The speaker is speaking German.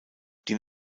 den